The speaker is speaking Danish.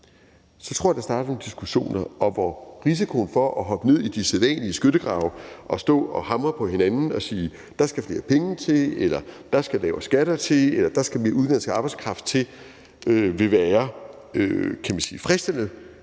så tror jeg, at der starter nogle diskussioner, hvor risikoen for at hoppe ned i de sædvanlige skyttegrave og stå og hamre på hinanden og sige, at der skal flere penge til, at der skal lavere skatter til, eller at der skal mere udenlandsk arbejdskraft til, vil være fristende,